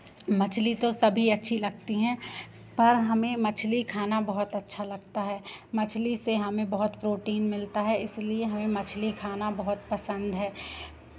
मछ्ली तो सभी अच्छी लगती हैं पर हमें मछ्ली खाना बहुत अच्छा लगता है मछ्ली से हमें बहुत प्रोटीन मिलता है इसलिए हमें मछ्ली खाना बहुत पसंद है